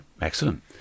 excellent